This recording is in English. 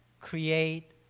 create